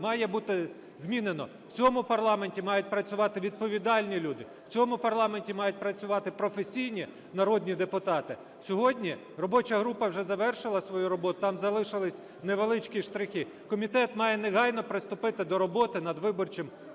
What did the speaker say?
має бути змінено. В цьому парламенті мають працювати відповідальні люди, в цьому парламенті мають працювати професійні народні депутати. Сьогодні робоча група вже завершила свою роботу, там залишилися невеличкі штрихи. Комітет має негайно приступити до роботи над Виборчим кодексом